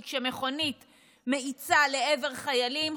כי כשמכונית מאיצה לעבר חיילים,